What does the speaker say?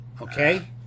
Okay